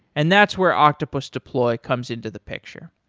and that's where octopus deploy comes into the picture.